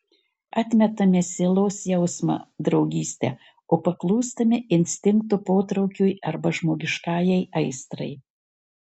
atmetame sielos jausmą draugystę o paklūstame instinkto potraukiui arba žmogiškajai aistrai